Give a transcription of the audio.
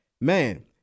man